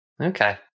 Okay